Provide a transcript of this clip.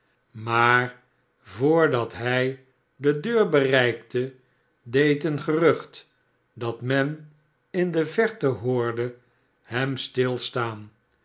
maar toordat hij de deur bereikte deed een gerucht dat men in de verte hoorde hem stilstaan